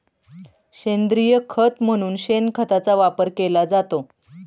सेंद्रिय खत म्हणून शेणखताचा वापर केला जातो